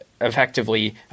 effectively